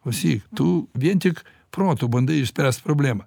klausyk tu vien tik protu bandai išspręst problemą